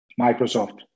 Microsoft